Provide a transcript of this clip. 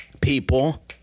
People